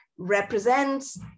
represents